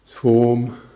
Form